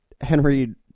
Henry